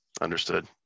Understood